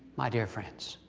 my dear friends,